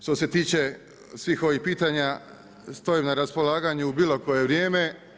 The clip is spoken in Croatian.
Evo što se tiče svih ovih pitanja stojim na raspolaganju u bilo koje vrijeme.